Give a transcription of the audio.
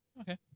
Okay